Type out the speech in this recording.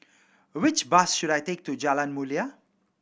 which bus should I take to Jalan Mulia